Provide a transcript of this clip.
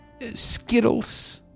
Skittles